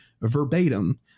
verbatim